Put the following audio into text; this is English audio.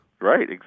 Right